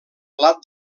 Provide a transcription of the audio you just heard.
plat